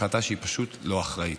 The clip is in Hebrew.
זו החלטה פשוט לא אחראית.